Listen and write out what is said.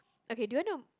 okay do you wanna